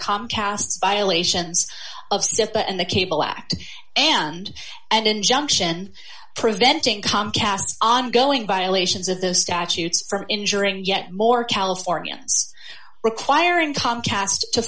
comcast violations of the and the cable act and an injunction preventing comcast ongoing violations of the statutes from injuring yet more california requiring tom caste to